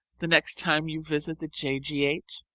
the next time you visit the j. g. h.